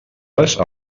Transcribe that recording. les